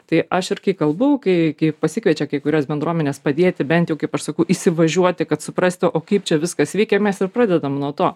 tai aš irgi kalbu kai kai pasikviečia kai kurias bendruomenes padėti bent jau kaip aš sakau įsivažiuoti kad suprastų o kaip čia viskas veikia mes ir pradedam nuo to